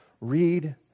Read